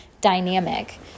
dynamic